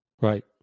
Right